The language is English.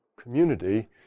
community